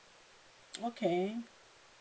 okay